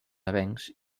avencs